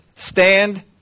stand